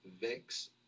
Vex